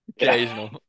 Occasional